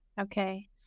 Okay